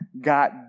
got